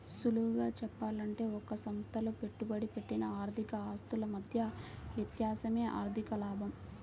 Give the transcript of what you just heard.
సులువుగా చెప్పాలంటే ఒక సంస్థలో పెట్టుబడి పెట్టిన ఆర్థిక ఆస్తుల మధ్య వ్యత్యాసమే ఆర్ధిక లాభం